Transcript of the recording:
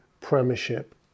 premiership